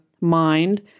mind